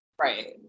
Right